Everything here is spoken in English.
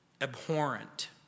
abhorrent